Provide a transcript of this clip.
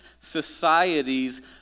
societies